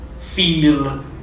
feel